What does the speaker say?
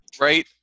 right